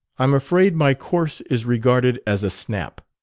i'm afraid my course is regarded as a snap.